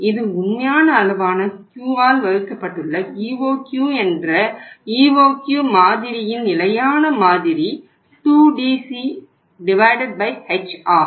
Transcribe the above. இது உண்மையான அளவான Q ஆல் வகுக்கப்பட்டுள்ள EOQ என்ற EOQ மாதிரியின் நிலையான மாதிரி 2DC H ஆகும்